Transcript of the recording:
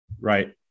Right